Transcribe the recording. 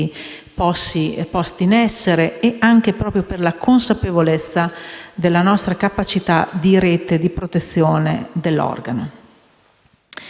posti in essere e per la consapevolezza della nostra capacità di rete e di protezione dell'organo.